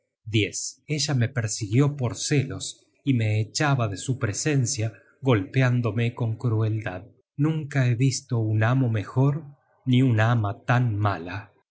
ejército ella me persiguió por celos y me echa ba de su presencia golpeándome con crueldad nunca he visto un amo mejor ni un ama tan mala